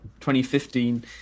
2015